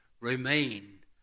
remain